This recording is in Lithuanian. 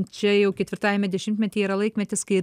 čia jau ketvirtajame dešimtmetyje yra laikmetis kai